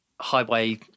Highway